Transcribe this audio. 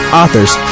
authors